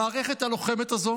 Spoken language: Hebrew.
המערכת הלוחמת הזו